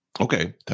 Okay